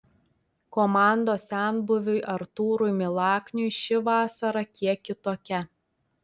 komandos senbuviui artūrui milakniui ši vasara kiek kitokia